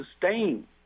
sustain